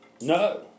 No